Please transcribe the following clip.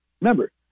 remember